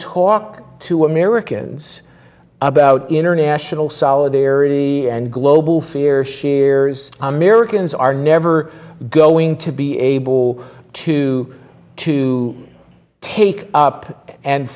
talk to americans about international solidarity and global fear shares americans are never going to be able to to take up and